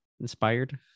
inspired